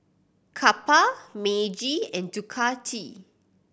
Kappa Meiji and Ducati